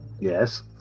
yes